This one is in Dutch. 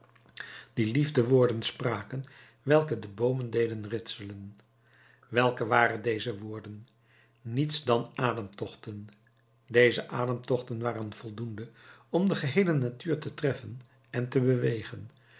die liefdewoorden spraken welke de boomen deden ritselen welke waren deze woorden niets dan ademtochten deze ademtochten waren voldoende om de geheele natuur te treffen en te bewegen